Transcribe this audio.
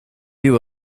you